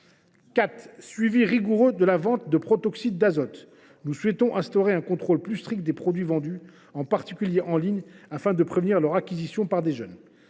un suivi rigoureux de la vente de protoxyde d’azote. Nous souhaitons instaurer un contrôle plus strict des produits vendus, en particulier en ligne, afin de prévenir leur acquisition par des jeunes.